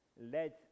Led